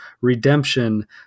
redemption